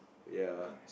ya